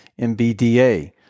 MBDA